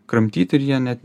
kramtyt ir jie net